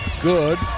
good